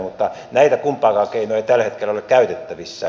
mutta näitä kumpaakaan keinoa ei tällä hetkellä ole käytettävissä